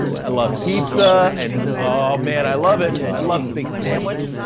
i love pizza and, oh man, i love it, i love a big sandwich,